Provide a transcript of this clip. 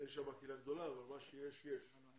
אין שם קהילה גדולה, אבל מה שיש, יש.